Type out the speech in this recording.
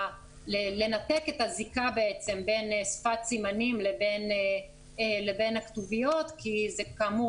לנתק את הזיקה בין שפת סימנים לבין הכתוביות כי זה כאמור